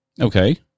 Okay